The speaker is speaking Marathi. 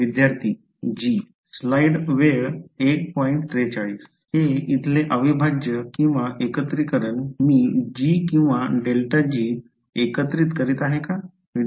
विद्यार्थी g हे इथले अविभाज्य एकत्रिकरण मी g किंवा ∇g एकत्रित करीत आहे का